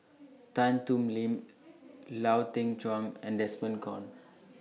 Tan Thoon Lip Lau Teng Chuan and Desmond Kon